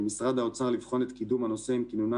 על משרד האוצר לבחון את קידום הנושא עם כינונה